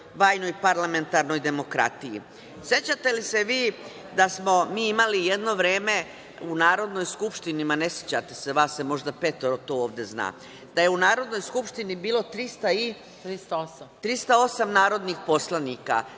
bajnoj parlamentarnoj demokratiji? Sećate li se vi da smo mi imali jedno vreme u Narodnoj skupštini, ma ne sećate se, vas možda petoro to ovde zna, da je u Narodnoj skupštini bilo 308 narodnih poslanika